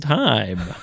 time